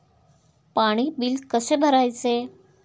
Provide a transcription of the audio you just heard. पाणी बिल कसे भरायचे?